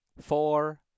four